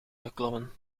geklommen